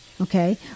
Okay